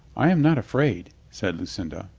i am not afraid, said lucinda.